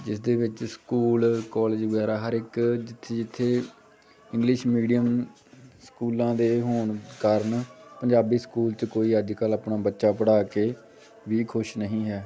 ਜਿਸ ਦੇ ਵਿੱਚ ਸਕੂਲ ਕੋਲੇਜ ਵਗੈਰਾ ਹਰ ਇੱਕ ਜਿੱਥੇ ਜਿੱਥੇ ਇੰਗਲਿਸ਼ ਮੀਡੀਅਮ ਸਕੂਲਾਂ ਦੇ ਹੋਣ ਕਾਰਨ ਪੰਜਾਬੀ ਸਕੂਲ 'ਚ ਕੋਈ ਅੱਜ ਕੱਲ੍ਹ ਆਪਣਾ ਬੱਚਾ ਪੜ੍ਹਾ ਕੇ ਵੀ ਖੁਸ਼ ਨਹੀਂ ਹੈ